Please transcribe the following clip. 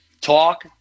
talk